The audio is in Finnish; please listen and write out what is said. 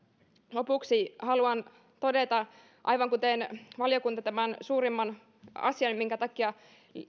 lopuksi haluan todeta aivan kuten valiokunta tämän suurimman asian minkä takia